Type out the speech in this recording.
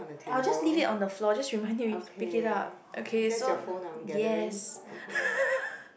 I will just leave it on the floor just remind me to pick it up okay so yes